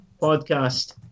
podcast